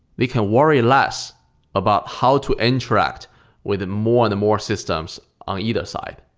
they can worry less about how to interact with more and more systems on either side,